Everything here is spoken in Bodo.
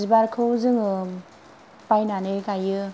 बिबारखौ जोङो बायनानै गायो